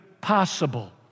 possible